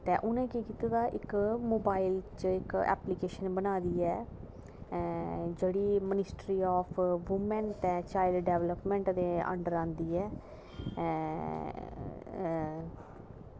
ते उनें केह् कीते दा कि इक्क मोबाईल च इक्क एप्लीकेशन बनाई दी ऐ जेह्ड़ी ministry of woman and child development दे अंडर आंदी ऐ